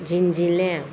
झिंजिल्ल्या